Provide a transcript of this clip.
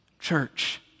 church